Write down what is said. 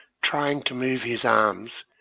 trying to move his arms,